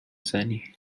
زنی